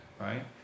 right